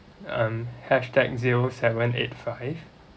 um hashtag zero seven eight five